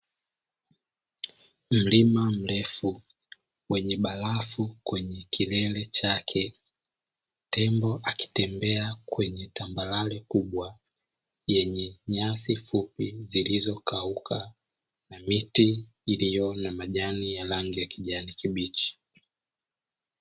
Milima mtefu wenye barafu kwenye kilele chake, tembo akitembea kwenye tambarare kubwa yenye nyasi zilizokauka na miti yenye rangi ya kijani kibichi.